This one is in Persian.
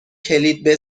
کلید